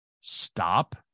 stop